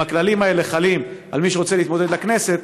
אם הכללים האלה חלים על מי שרוצה להתמודד לכנסת,